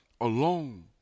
alone